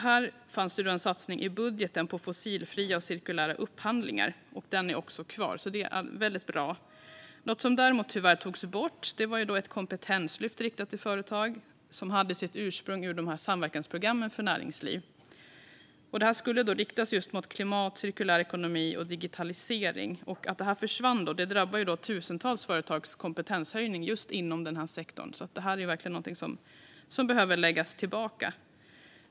Det fanns en satsning i budgeten på fossilfria och cirkulära upphandlingar. Den är också kvar, och det är väldigt bra. Något som däremot tyvärr togs bort var ett kompetenslyft riktat till företag. Det hade sitt ursprung i samverkansprogrammen för näringslivet. Detta skulle riktas just mot klimat, cirkulär ekonomi och digitalisering. Att detta försvann drabbar tusentals företags kompetenshöjning just inom denna sektor. Detta är verkligen någonting som behöver läggas tillbaka.